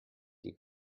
die